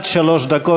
עד שלוש דקות,